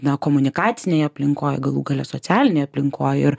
na komunikacinėj aplinkoj galų gale socialinėj aplinkoj ir